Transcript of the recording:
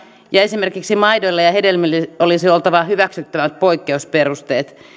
ja esimerkiksi maidolle ja hedelmille olisi oltava hyväksyttävät poikkeusperusteet